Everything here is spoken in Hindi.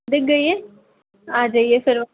दिख गई है आ जाइए फिर